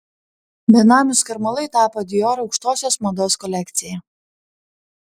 benamių skarmalai tapo dior aukštosios mados kolekcija